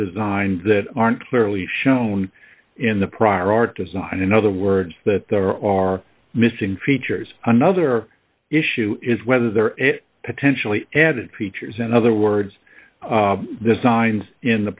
designed that aren't clearly shown in the prior art design in other words that there are missing features another issue is whether there are potentially added features in other words the signs in the